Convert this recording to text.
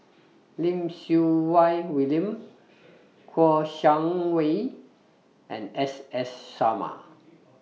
Lim Siew Wai William Kouo Shang Wei and S S Sarma